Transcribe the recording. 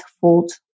fault